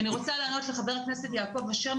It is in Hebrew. אני רוצה לענות לחה"כ יעקב אשר,